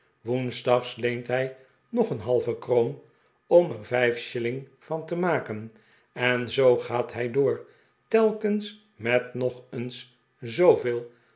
woensdags leent hij hog een halve kroon om er vijf shilling van te maken en zoo gaat hij door telkens met nog eens zooveel